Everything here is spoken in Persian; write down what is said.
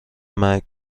مرگ